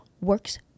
works